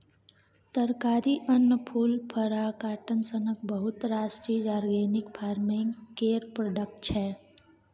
तरकारी, अन्न, फुल, फर आ काँटन सनक बहुत रास चीज आर्गेनिक फार्मिंग केर प्रोडक्ट छै